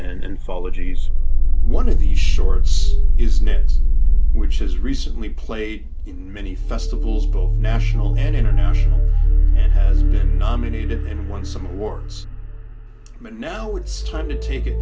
g's one of the shorts is knit which has recently played in many festivals both national and international and has been nominated and won some awards but now it's time to take it